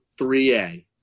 3A